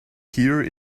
here